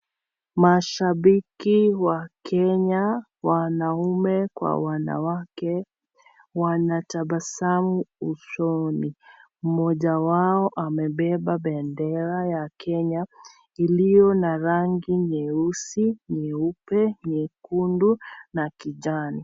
Mashabiki wa Kenya wanaume kwa wanawake wanatabasamu usoni. Mmoja wao amebeba bendera ya Kenya iliyo na rangi nyeusi, nyeupe, nyekundu na kijani.